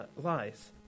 lies